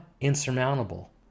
insurmountable